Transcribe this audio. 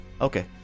Okay